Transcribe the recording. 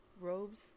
robes